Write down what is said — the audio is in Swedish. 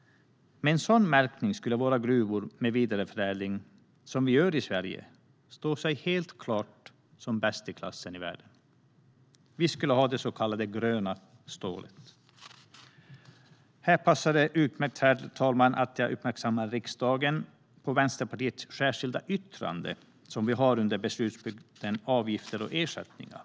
Med en sådan märkning skulle våra gruvor, med vidareförädling, som vi ägnar oss åt i Sverige, framstå som helt klart bäst i klassen. Sverige skulle ha det så kallade gröna stålet. Här passar det utmärkt, herr talman, att jag uppmärksammar riksdagen på Vänsterpartiets särskilda yttrande under punkt 3, Avgifter och ersättningar .